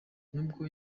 nubwo